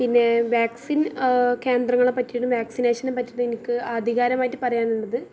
പിന്നെ വാക്സിൻ കേന്ദ്രങ്ങളെ പറ്റിയാണ് വാക്സിനേഷനെ പറ്റിയിട്ടെനിക്ക് ആധികാരികമായിട്ട് പറയാനുള്ളത്